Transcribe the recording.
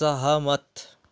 सहमत